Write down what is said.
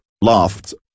lofts